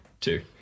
two